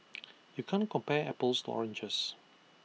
you can't compare apples to oranges